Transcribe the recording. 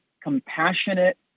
compassionate